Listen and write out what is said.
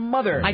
Mother